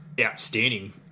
outstanding